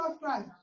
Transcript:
Christ